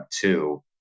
two